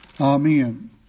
Amen